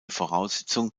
voraussetzung